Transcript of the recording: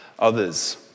Others